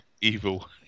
evil